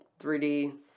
3D